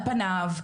על פניו.